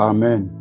Amen